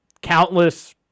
countless